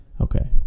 Okay